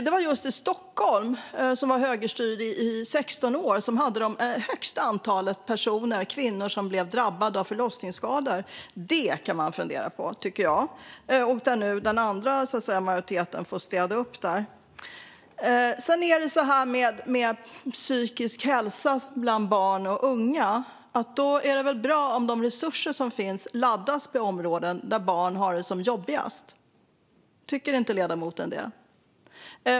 Det var Stockholm, som var högerstyrt i 16 år, som hade det största antalet kvinnor som blev drabbade av förlossningsskador. Detta kan man fundera på, tycker jag. Nu får den andra majoriteten, så att säga, städa upp där. När det gäller psykisk hälsa bland barn och unga är det väl bra om de resurser som finns koncentreras till de områden där barn har det som jobbigast. Tycker inte ledamoten det?